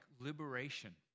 liberation